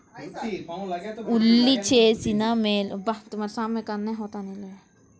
ఉల్లి చేసిన మేలు తల్లి కూడా చేయలేదు అనే సామెత ద్వారా మన ఆహారంలో ఉల్లిపాయల ప్రాముఖ్యత తెలుస్తుంది